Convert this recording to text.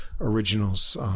originals